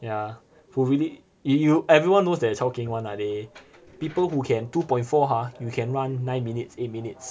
yeah who really you everyone knows that it's chao keng one lah they people who can two point four ha you can run nine minutes eight minutes